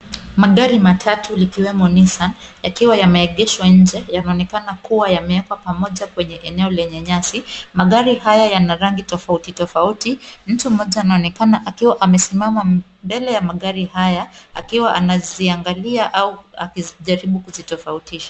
Magari matatu ikiwemo nissan yakiwa yameegeshwa nje yanaonekana kua yamewekwa pamoja kwenye eneo lenye nyasi. Magari haya yana rangi tofauti tofauti. Mtu mmoja anaonekana akiwa amesimama mbele ya magari haya akiwa anaziangalia au akijaribu kuzi tofautisha.